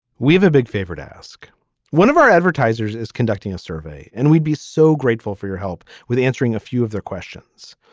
we have a big favorite ask one of our advertisers is conducting a survey and we'd be so grateful for your help with answering a few of their questions.